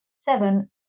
Seven